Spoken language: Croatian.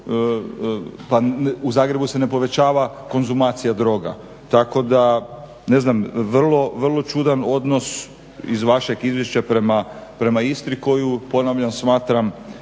pa u Zagrebu se ne povećava konzumacija droga tako da ne znam vrlo čudan odnos iz vašeg izvješća prema Istri koju ponavljam smatram